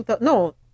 No